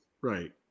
Right